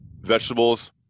vegetables